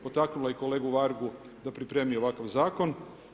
Potaknula je i kolegu Vargu da pripremi ovakav zakon.